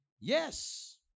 Yes